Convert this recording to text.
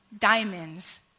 diamonds